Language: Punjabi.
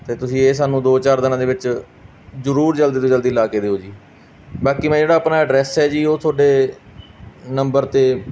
ਅਤੇ ਤੁਸੀਂ ਇਹ ਸਾਨੂੰ ਦੋ ਚਾਰ ਦਿਨਾਂ ਦੇ ਵਿੱਚ ਜ਼ਰੂਰ ਜਲਦੀ ਤੋਂ ਜਲਦੀ ਲਗਾ ਕੇ ਦਿਓ ਜੀ ਬਾਕੀ ਮੈਂ ਜਿਹੜਾ ਆਪਣਾ ਐਡਰੈਸ ਹੈ ਜੀ ਉਹ ਤੁਹਾਡੇ ਨੰਬਰ ਤੇ